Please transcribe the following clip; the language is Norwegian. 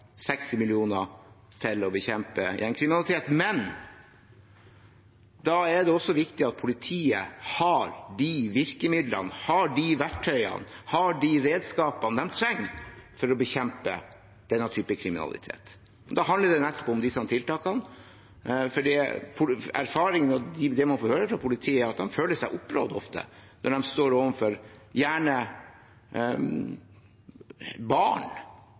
60 mill. kr til å bekjempe gjengkriminaliteten. Men da er det også viktig at politiet har de virkemidlene, verktøyene og redskapene de trenger for å bekjempe denne typen kriminalitet. Det handler nettopp om disse tiltakene, for det man hører fra politiet, er at de ofte føler seg opprådd når de også står overfor barn,